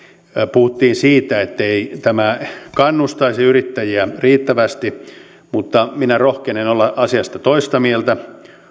puhuttiin siitä ettei tämä kannustaisi yrittäjiä riittävästi mutta minä rohkenen olla asiasta toista mieltä